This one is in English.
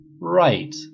Right